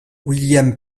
william